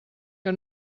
que